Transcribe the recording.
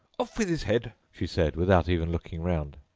off with his head she said, without even looking round.